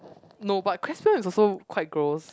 no but Cresvion is also quite gross